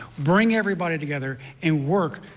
bring everybody together and work,